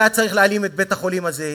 היה צריך להלאים את בית-החולים הזה,